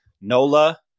Nola